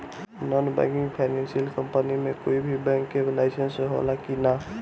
Non banking financial company मे कोई भी बैंक के लाइसेन्स हो ला कि ना?